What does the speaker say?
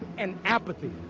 and apathy.